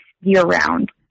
year-round